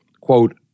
quote